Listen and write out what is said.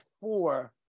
four